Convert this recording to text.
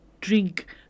drink